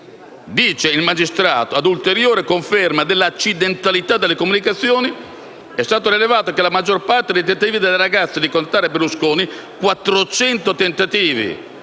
più altri. Ad ulteriore conferma dell'accidentalità delle comunicazioni, è stato rilevato che la maggior parte dei tentativi delle ragazze di contattare Berlusconi andavano